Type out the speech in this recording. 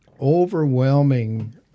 overwhelming